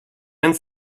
and